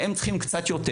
שהם צריכים קצת יותר.